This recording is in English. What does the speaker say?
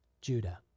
Judah